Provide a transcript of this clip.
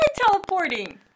teleporting